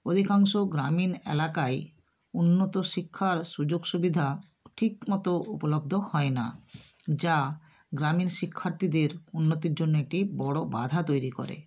অধিকাংশ গ্রামীণ এলাকাই উন্নত শিক্ষার সুযোগ সুবিধা ঠিকমতো উপলব্ধ হয় না যা গ্রামীণ শিক্ষার্থীদের উন্নতির জন্য একটি বড়ো বাধা তৈরি করে